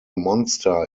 monster